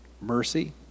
mercy